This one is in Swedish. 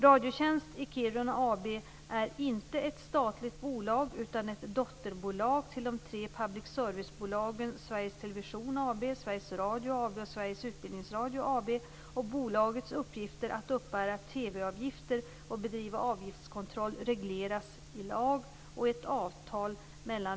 Radiotjänst i Kiruna AB är inte ett statligt bolag utan ett dotterbolag till de tre public service-bolagen